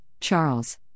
Charles